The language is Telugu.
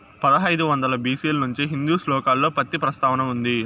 పదహైదు వందల బి.సి ల నుంచే హిందూ శ్లోకాలలో పత్తి ప్రస్తావన ఉంది